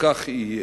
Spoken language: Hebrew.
וכך יהיה.